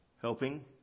helping